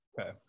Okay